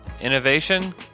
innovation